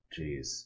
jeez